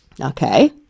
okay